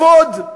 אפוד.